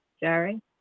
Jerry